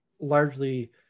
largely